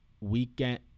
weekend